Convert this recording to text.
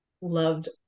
loved